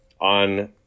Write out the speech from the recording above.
on